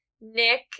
Nick